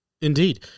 Indeed